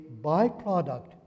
byproduct